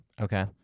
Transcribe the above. Okay